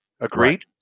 Agreed